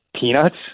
peanuts